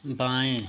बाएँ